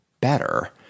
better